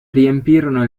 riempirono